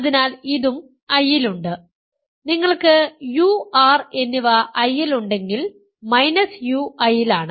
അതിനാൽ ഇതും I യിലുണ്ട് നിങ്ങൾക്ക് u r എന്നിവ I യിലുണ്ടെങ്കിൽ u I യിലാണ്